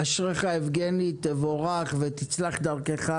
אשרייך יבגני, תבורך ותצלח דרכך.